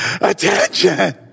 attention